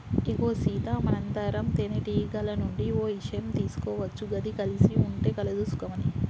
ఇగో సీత మనందరం తేనెటీగల నుండి ఓ ఇషయం తీసుకోవచ్చు గది కలిసి ఉంటే కలదు సుఖం అని